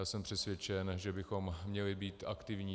Jsem přesvědčen, že bychom měli být aktivní.